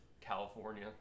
California